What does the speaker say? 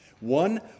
One